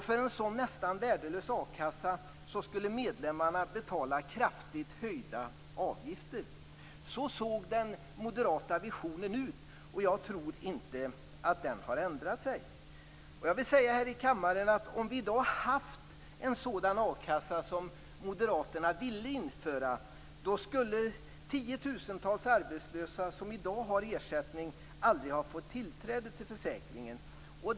För en sådan nästan värdelös a-kassa skulle medlemmarna betala kraftigt höjda avgifter. Så såg den moderata visionen ut, och jag tror inte att den har ändrat sig. Jag vill säga här i kammaren att om vi i dag hade haft en sådan a-kassa som moderaterna ville införa skulle tiotusentals arbetslösa som i dag har ersättning aldrig ha fått tillträde till försäkringen.